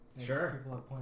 Sure